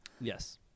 Yes